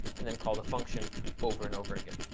and then call the function over and over again.